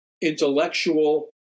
intellectual